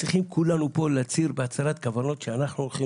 צריכים להצהיר פה כולנו פה שאנו הולכים